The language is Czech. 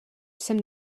jsem